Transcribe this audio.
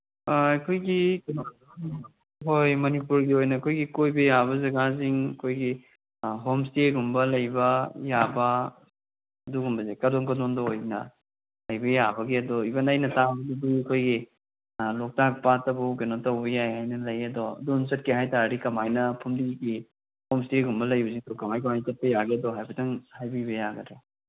ꯑꯩꯈꯣꯏꯒꯤ ꯀꯩꯅꯣ ꯍꯣꯏ ꯃꯅꯤꯄꯨꯔꯒꯤ ꯑꯣꯏꯅ ꯑꯩꯈꯣꯏꯒꯤ ꯀꯣꯏꯕ ꯌꯥꯕ ꯖꯒꯥꯁꯤꯡ ꯑꯩꯈꯣꯏꯒꯤ ꯍꯣꯝ ꯏꯁꯇꯦꯒꯨꯝꯕ ꯂꯩꯕ ꯌꯥꯕ ꯑꯗꯨꯒꯨꯝꯕꯁꯦ ꯀꯗꯣꯝ ꯀꯗꯣꯝꯗ ꯑꯣꯏꯅ ꯂꯩꯕ ꯌꯥꯕꯒꯦ ꯑꯗꯣ ꯏꯚꯟ ꯑꯩꯅ ꯇꯥꯕꯗꯗꯤ ꯑꯩꯈꯣꯏꯒꯤ ꯂꯣꯛꯇꯥꯛ ꯄꯥꯠꯇꯐꯥꯎ ꯀꯩꯅꯣ ꯇꯧꯕ ꯌꯥꯏ ꯍꯥꯏꯅ ꯂꯩ ꯑꯗꯣ ꯑꯗꯣꯝ ꯆꯠꯀꯦ ꯍꯥꯏ ꯇꯥꯔꯗꯤ ꯀꯃꯥꯏꯅ ꯐꯨꯝꯗꯤꯒꯤ ꯍꯣꯝ ꯏꯁꯇꯦꯒꯨꯝꯕ ꯂꯩꯕꯁꯤꯡꯗꯣ ꯀꯃꯥꯏ ꯀꯃꯥꯏ ꯆꯠꯄ ꯌꯥꯒꯦꯗꯣ ꯍꯥꯏꯐꯦꯠꯇꯪ ꯍꯥꯏꯕꯤꯕ ꯌꯥꯒꯗ꯭ꯔꯥ